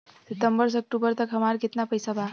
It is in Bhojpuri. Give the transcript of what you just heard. सितंबर से अक्टूबर तक हमार कितना पैसा बा?